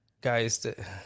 guys